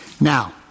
Now